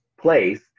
place